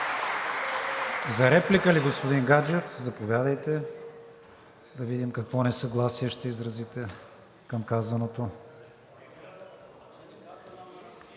За реплика ли, господин Гаджев? Заповядайте да видим какво несъгласие ще изразите към казаното.